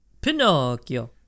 Pinocchio